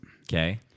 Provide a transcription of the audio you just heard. Okay